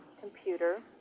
computer